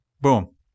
boom